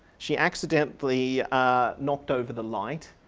she accidentally knocked over the light.